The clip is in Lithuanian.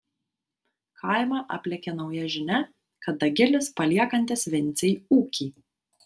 kaimą aplėkė nauja žinia kad dagilis paliekantis vincei ūkį